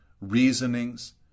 reasonings